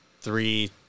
three